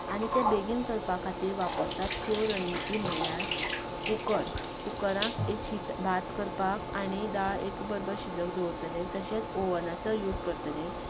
आनी तें बेगीन करपा खातीर वापरतात त्यो रणनीती म्हणल्यार कुकर कुकरांत एक शीत भात करपाक आनी दाळ एक बरोबर शिजत दवरतले तशेंच ओवनाचो यूज करतले